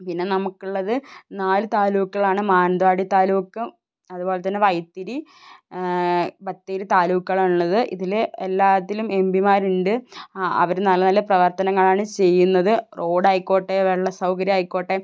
പിന്നെ നമുക്കുള്ളത് നാല് താലൂക്കുകളാണ് മാനന്തവാടി താലൂക്കും അതുപോലെ തന്നെ വൈത്തിരി ബത്തേരി താലൂക്കുകളാണ് ഉള്ളത് ഇതിൽ എല്ലാത്തിലും എം പിമാരുണ്ട് അവർ നല്ല നല്ല പ്രവർത്തനങ്ങളാണ് ചെയ്യുന്നത് റോഡ് ആയിക്കോട്ടെ വെള്ള സൗകര്യം ആയിക്കോട്ടെ